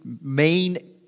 main